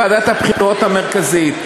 לוועדת הבחירות המרכזית,